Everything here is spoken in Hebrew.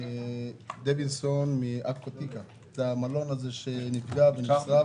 לוינסון ממלון עכותיקה, זה המלון שנפגע ונשרף.